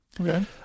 Okay